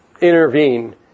intervene